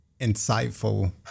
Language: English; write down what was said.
insightful